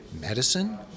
medicine